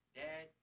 dad